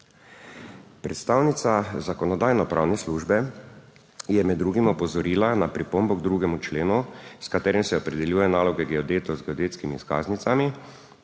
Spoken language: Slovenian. Predstavnica Zakonodajno-pravne službe je med drugim opozorila na pripombo k 2. členu, s katerim se opredeljuje naloge geodetov z geodetskimi izkaznicami,